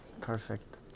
Perfect